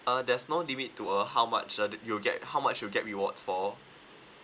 uh there's no limit to uh how much uh that you'll get how much you'll get rewards for